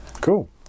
Cool